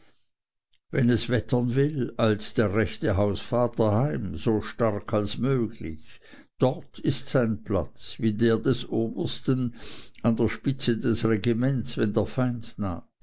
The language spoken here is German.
wenn es wettern will eilt der rechte hausvater heim so stark als möglich dort ist sein platz wie der des obersten an der spitze des regiments wenn der